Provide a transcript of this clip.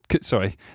Sorry